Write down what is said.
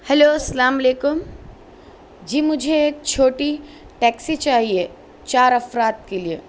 hello السلام علیکم جی مجھے ایک چھوٹی ٹیکسی چاہیے چار افراد کے لیے